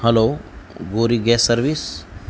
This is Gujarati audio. hello Gori gas service